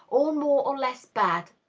all more or less bad,